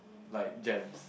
like gems